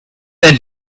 and